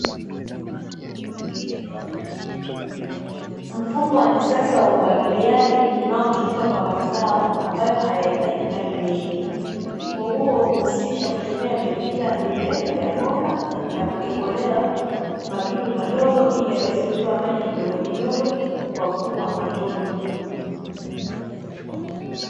Mfumo wa kisasa wa umwagiliaji, unaotumika kwa mazao ambayo hayahitaji maji mengi. Mfumo huo huusisha kutumia mipira mirefu ya bomba na kutobolewa matundu madogo ili yaweze kutoa maji kidogokidogo kwa mfumo wa matone.